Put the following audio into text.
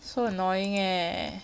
so annoying eh